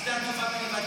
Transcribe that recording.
על שדה התעופה בנבטים.